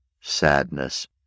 sadness